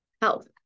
health